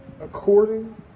according